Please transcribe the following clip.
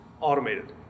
automated